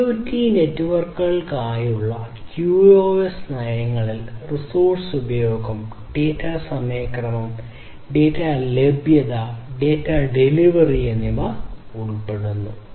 IoT നെറ്റ്വർക്കുകൾക്കായുള്ള QoS നയങ്ങളിൽ resource ഉപയോഗം ഡാറ്റ സമയക്രമം ഡാറ്റ ലഭ്യത ഡാറ്റ ഡെലിവറി എന്നിവ ഉൾപ്പെടുന്നു